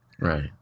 Right